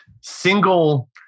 single